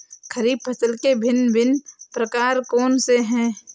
खरीब फसल के भिन भिन प्रकार कौन से हैं?